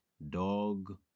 Dog